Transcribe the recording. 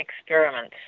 experiments